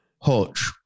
Hutch